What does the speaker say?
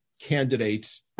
candidates